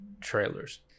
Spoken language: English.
trailers